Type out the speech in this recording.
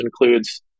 includes